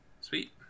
Sweet